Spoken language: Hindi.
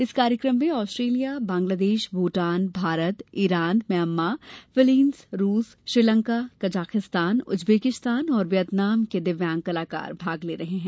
इस कार्यक्रम में Australia Bangladesh Bhutan Bharat Iran Myanmar Philippines रूस श्रीलंका तजाकिस्तान उज्बेंकिस्तान और वियतनाम के दिव्यांग कलाकार भाग ले रहे हैं